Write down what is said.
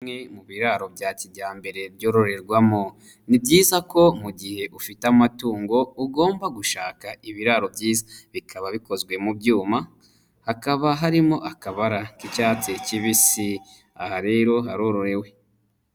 Bimwe mu biraro bya kijyambere byororerwamo, ni byiza ko mu gihe ufite amatungo ugomba gushaka ibiraro byiza, bikaba bikozwe mu byuma, hakaba harimo akabara k'icyatsi kibisi, aha rero harororewe.